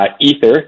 Ether